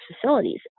facilities